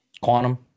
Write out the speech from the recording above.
Quantum